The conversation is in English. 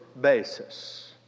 basis